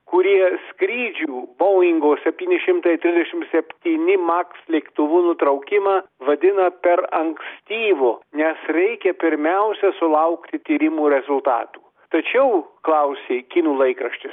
kurie skrydžių boingo septyni šimtai trisdešim septyni maks lėktuvų nutraukimą vadina per ankstyvu nes reikia pirmiausia sulaukti tyrimų rezultatų tačiau klausė kinų laikraštis